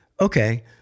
Okay